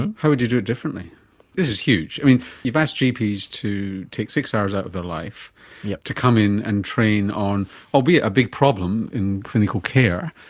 and how would you do it differently? this is huge. i mean, you've asked gps to take six hours out of their life yeah to come in and train on albeit a big problem in clinical care,